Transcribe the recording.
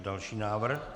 Další návrh.